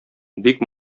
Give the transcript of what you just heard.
бик